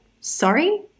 sorry